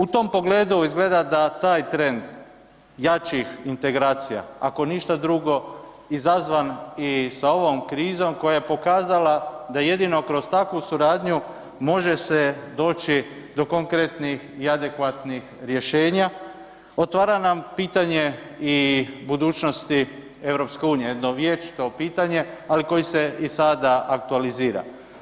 U tom pogledu izgleda da taj trend jačih integracija ako ništa drugo izazvani i sa ovom krizom koja je pokazala da jedino kroz takvu suradnju može se doći do konkretnih i adekvatnih rješenja, otvara nam pitanje i budućnosti EU jedno vječito pitanje, ali koje se i sada aktualizira.